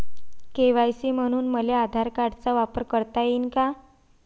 KYC म्हनून मले आधार कार्डाचा वापर करता येईन का?